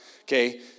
okay